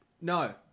No